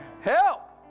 Help